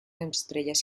estrellas